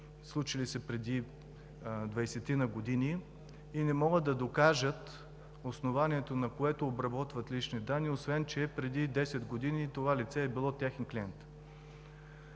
случили преди двайсетина години и не могат да докажат основанието, на което обработват лични данни, освен че преди 10 години това лице е било техен клиент.